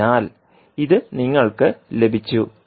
അതിനാൽ ഇത് നിങ്ങൾക്ക് ലഭിച്ചു